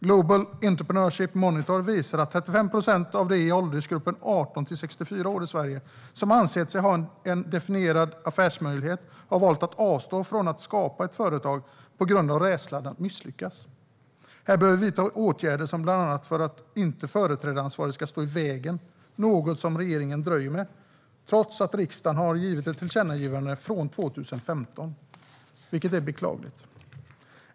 Global Entrepreneurship Monitor visar att 35 procent av dem i åldersgruppen 18-64 år i Sverige som har ansett sig ha en definierad affärsmöjlighet har valt att avstå från att skapa ett företag på grund av rädslan att misslyckas. Här behöver vi vidta åtgärder bland annat för att företrädaransvaret inte ska stå i vägen - något som regeringen dröjer med trots att det finns ett tillkännagivande från riksdagen från 2015. Det är beklagligt.